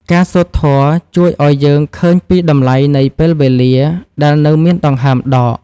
ការសូត្រធម៌ជួយឱ្យយើងឃើញពីតម្លៃនៃពេលវេលាដែលនៅមានដង្ហើមដក។